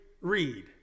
read